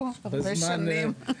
הרבה שנים.